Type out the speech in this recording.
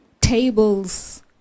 tables